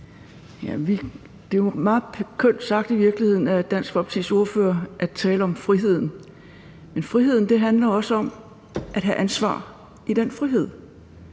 virkelighed meget kønt sagt af Dansk Folkepartis ordfører, altså at tale om friheden. Men frihed handler også om at have ansvar i den frihed,